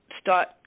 start